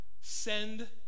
send